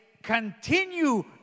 Continue